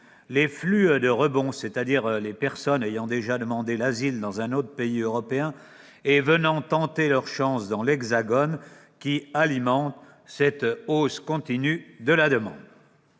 les flux de rebond, c'est-à-dire les personnes ayant déjà demandé l'asile dans un autre pays européen et venant tenter leur chance dans l'Hexagone, qui alimentent cette hausse continue de la demande.